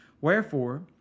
Wherefore